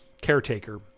caretaker